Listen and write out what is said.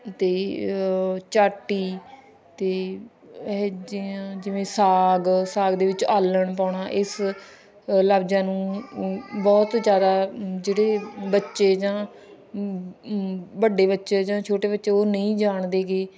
ਅਤੇ ਚਾਟੀ ਅਤੇ ਇਹੋ ਜਿਹਾ ਜਿਵੇਂ ਸਾਗ ਸਾਗ ਦੇ ਵਿੱਚ ਆਲਣ ਪਾਉਣਾ ਇਸ ਲਫਜ਼ਾਂ ਨੂੰ ਬਹੁਤ ਜ਼ਿਆਦਾ ਜਿਹੜੇ ਬੱਚੇ ਜਾਂ ਵੱਡੇ ਬੱਚੇ ਜਾਂ ਛੋਟੇ ਬੱਚੇ ਉਹ ਨਹੀਂ ਜਾਣ ਦੇਗੇ